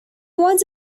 was